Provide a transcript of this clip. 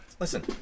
Listen